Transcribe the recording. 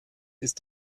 ist